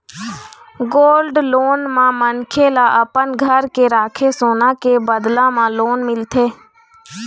gold loan म मनखे ल अपन घर के राखे सोना के बदला म लोन मिलथे